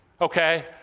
Okay